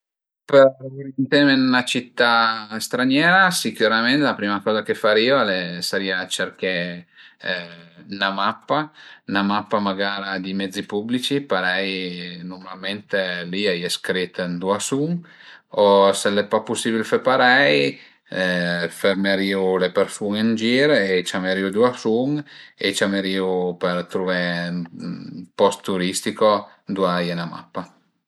Për urienteme ën 'na cità straniera sicürament la prima coza che farìu a sarìa cerché 'na mappa, 'na mappa magara di mezzi pubblici parei nurmalment li a ie scrit ëndua sun o se al e pa pusibil fe parei fërmerìu le persun-e ën gir e ciamerìu ëndua sun e ciamerìu për truvé ün post turistico ëndua a ie 'na mappa